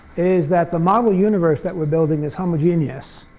is that the model universe that we're building this homogeneous